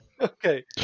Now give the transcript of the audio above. Okay